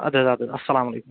اد حظ اد حظ اسلام علیکُم